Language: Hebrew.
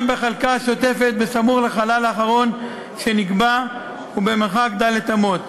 בחלקה ה"שוטפת" בסמוך לחלל האחרון שנקבע ובמרחק ד' אמות,